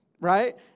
Right